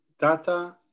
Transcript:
data